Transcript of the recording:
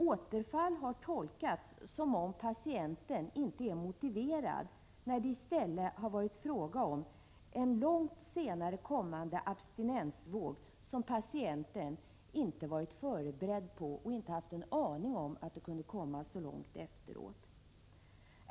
Återfall har tolkats som om patienten inte är motiverad när det i stället varit fråga om en långt senare kommande abstinensvåg som patienten inte varit förberedd på och där han inte haft en aning om att den kunde komma så långt efteråt.